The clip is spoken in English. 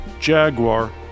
Jaguar